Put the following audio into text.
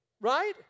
right